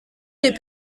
les